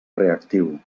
reactiu